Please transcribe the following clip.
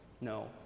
No